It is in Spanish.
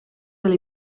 del